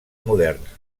moderns